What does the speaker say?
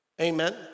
Amen